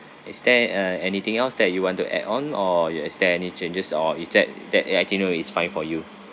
is there uh anything else that you want to add on or your is there any changes or is that that itenarary it's fine for you